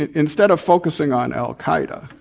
instead of focusing on al-qaeda,